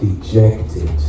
dejected